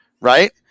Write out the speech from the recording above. right